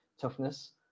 toughness